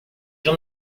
gens